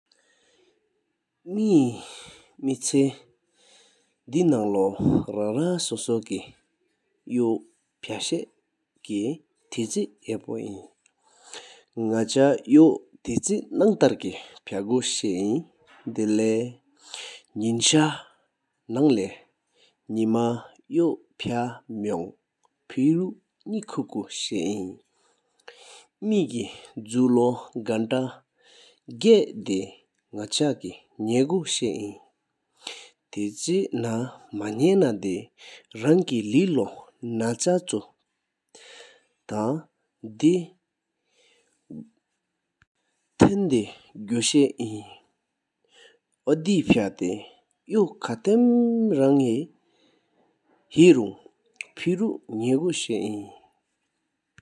མེ་ཚེ་དེ་ནང་ལོ་རང་རང་སོ་སོ་སྐད་ཡོད། ཕ་ཤ་སྐད་ཐེར་ཆེན་པོ་ཡིན། ནག་ཆག་འདེ་ཐེར་ཆེར་ནང་ཐར་གཅིག་ཕ་གོ་ཤ་ཡིན། དེ་ལེ་ཡིན་ཤ་ནང་ལས་རྣམས་ཡོད་པ་མོང་ཕེར་རུ་གཉག་ཤ་ཡིན། མི་གེ་ར་ལོ་གང་ཐ་བར་བརྣན་ཐ་ར་པ་ནག་ཆ་ན་གཅིག་བཤོལ་ཡིན། ཐེར་ཆེན་ནམ་ནེ་རང་སྐད་ལས་ལོ་ན་ཅ་ཆུ་ཐར་ལོ་དེ་གཉེར་གཅིག་ཡིན། དེ་ཕ་ཐེ་ཡོད་ཁ་དམའ་ལས་མི་རང་མི་རན་ཕེར་ར་འདི་ནག་ཆ་ན་གཅིག་ཡིན།